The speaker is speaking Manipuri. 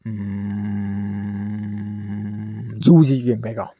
ꯖꯨꯁꯤꯁꯨ ꯌꯦꯡꯕ ꯌꯥꯏꯀꯣ